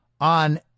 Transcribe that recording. on